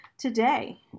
today